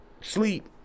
sleep